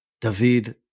David